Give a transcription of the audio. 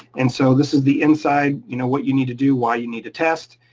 and so this is the inside you know what you need to do, why you need to test,